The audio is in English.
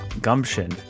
gumption